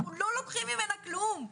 אנחנו לא לוקחים כלום,